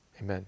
Amen